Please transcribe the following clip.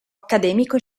accademico